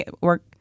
work